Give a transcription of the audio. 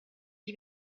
gli